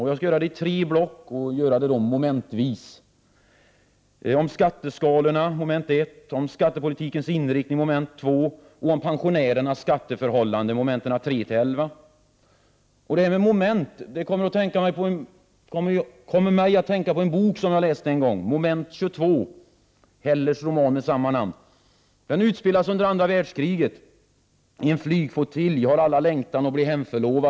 Jag skall sörd det i tre block och göra det momentvis — mom. 1 skatteskalan, mom. skattepolitikens inriktning och mom. 3-11 pensionärernas os pali den. Detta med moment kommer mig att tänka på en bok som jag läste e gång, Hellers roman Moment 22. Handlingen utspelar sig under andra Prot. 1988/89:45 världskriget i en flygflottilj, där alla har en längtan att bli hemförlovade.